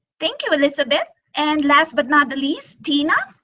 thank you, elizabeth. and last but not the least, tina.